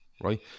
right